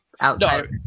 outside